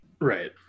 right